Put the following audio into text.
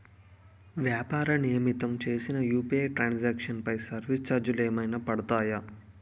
వ్యాపార నిమిత్తం చేసిన యు.పి.ఐ ట్రాన్ సాంక్షన్ పై సర్వీస్ చార్జెస్ ఏమైనా పడతాయా?